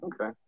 Okay